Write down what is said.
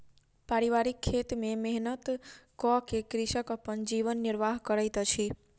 पारिवारिक खेत में मेहनत कअ के कृषक अपन जीवन निर्वाह करैत अछि